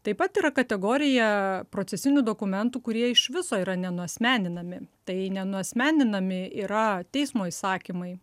taip pat yra kategorija procesinių dokumentų kurie iš viso yra nenuasmeninami tai nenuasmeninami yra teismo įsakymai